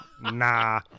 nah